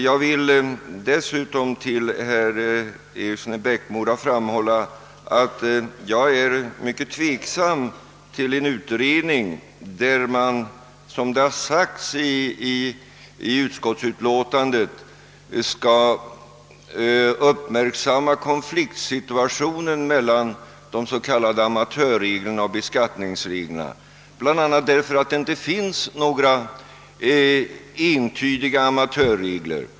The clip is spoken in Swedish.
Jag vill dessutom framhålla för herr Eriksson i Bäckmora att jag ställer mig mycket tveksam till en utredning där man, som det sagts i utskottsutlåtandet, skall uppmärksamma konfliktsituationen mellan de s.k. amatörreglerna och beskattningsreglerna. Det finns inga entydiga amatörregler.